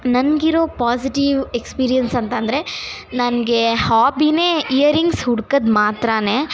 ನನಗಿರೊ positive experience ಅಂತ ಅಂದರೆ ನನಗೆ ಹಾಬಿಯೇ ಇಯರಿಂಗ್ಸ್ ಹುಡ್ಕೋದು ಮಾತ್ರವೇ